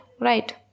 right